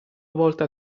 volta